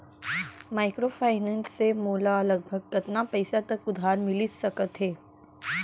Microfinance से मोला लगभग कतना पइसा तक उधार मिलिस सकत हे?